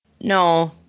No